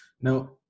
Now